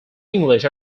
english